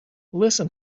listen